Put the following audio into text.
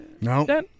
No